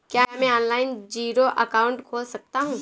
क्या मैं online zero account खोल सकता हूँ?